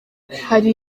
hari